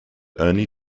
only